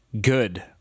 Good